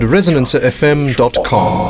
ResonanceFM.com